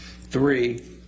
Three